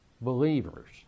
believers